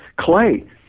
Clay